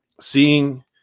seeing